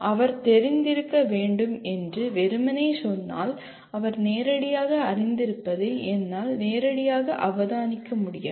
அவர் தெரிந்திருக்க வேண்டும் என்று வெறுமனே சொன்னால் அவர் நேரடியாக அறிந்திருப்பதை என்னால் நேரடியாக அவதானிக்க முடியாது